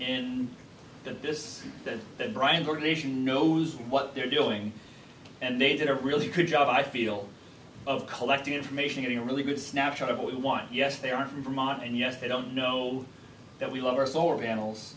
in that this that that brand organization knows what they're doing and they did a really good job i feel of collecting information getting a really good snapshot of what we want yes they are from vermont and yes they don't know that we love our solar panels